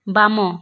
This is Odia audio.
ବାମ